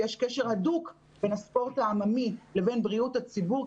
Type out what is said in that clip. כי יש קשר הדוק בין הספורט העממי לבין בריאות הציבור,